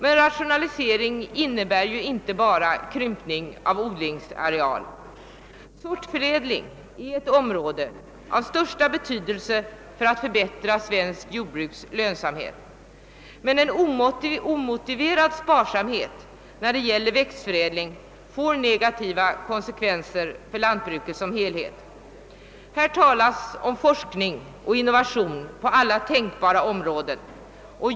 Rationalisering innebär ju inte bara krympning av odlingsarealen. Sortförädling är någonting som är av största betydelse för att förbättra svenskt jordbruks lönsamhet. En omotiverad sparsamhet när det gäller växtförädling får negativa konsekvenser för lantbruket som helhet. Här talas om forskning och innovation på alla tänkbara områden.